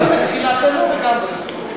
גם בתחילת הנאום וגם בסוף.